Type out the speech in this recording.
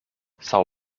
sao